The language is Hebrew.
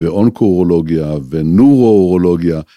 ואונקו אורולוגיה וניורו אורולוגיה.